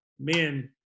men